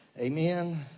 Amen